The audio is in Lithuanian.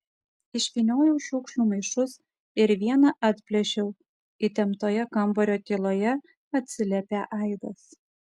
išvyniojau šiukšlių maišus ir vieną atplėšiau įtemptoje kambario tyloje atsiliepė aidas